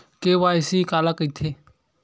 KYC काला कइथे?